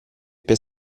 per